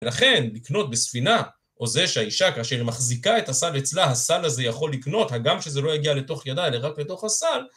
ולכן לקנות בספינה, או זה שהאישה כאשר מחזיקה את הסל אצלה, הסל הזה יכול לקנות, הגם כשזה לא יגיע לתוך ידה, אלא רק לתוך הסל.